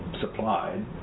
supplied